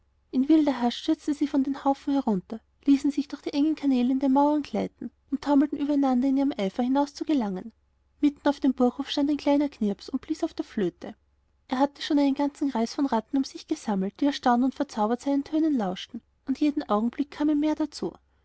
in wilder hast stürzten sie von den haufen herunter ließen sich durch die engen kanäle in den mauern gleiten und taumelten übereinanderinihremeifer hinauszugelangen mitten auf dem burghof stand ein kleiner knirps und blies auf der flöte er hatte schon einen ganzen kreis von ratten um sich gesammelt die erstaunt und verzaubert seinen tönen lauschten und jeden augenblick kamen mehr hinzu